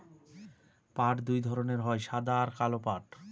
পাট দুই ধরনের হয় সাদা পাট আর কালো পাট